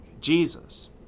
Jesus